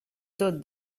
tot